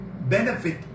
benefit